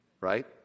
Right